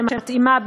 שמתאימה את